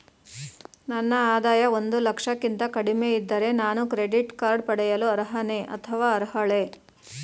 ನನ್ನ ಆದಾಯ ಒಂದು ಲಕ್ಷಕ್ಕಿಂತ ಕಡಿಮೆ ಇದ್ದರೆ ನಾನು ಕ್ರೆಡಿಟ್ ಕಾರ್ಡ್ ಪಡೆಯಲು ಅರ್ಹನೇ ಅಥವಾ ಅರ್ಹಳೆ?